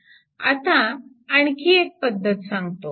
आता आणखी एक पद्धत सांगतो